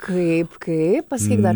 kaip kaip pasakyk dar